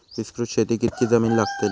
विस्तृत शेतीक कितकी जमीन लागतली?